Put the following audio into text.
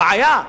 הבעיה,